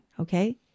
Okay